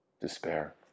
despair